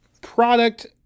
product